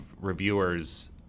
reviewers